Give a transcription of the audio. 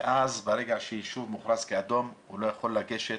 ואז ברגע שיישוב מוכרז כאדום הוא לא יכול לגשת